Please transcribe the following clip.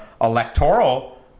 electoral